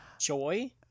Joy